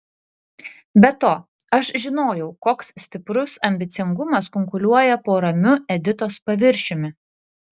be to aš žinojau koks stiprus ambicingumas kunkuliuoja po ramiu editos paviršiumi